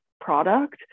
product